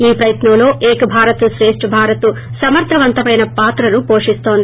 ఈ ప్రయత్నంలో ఏక్ భారత్ క్రేష్ణ భారత్ సమర్దవంతమైన పాత్రను పోషిస్తుంది